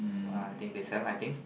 uh I think they sell I think